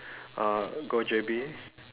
uh go J_B